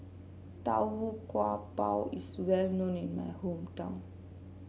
Tau Kwa Pau is well known in my hometown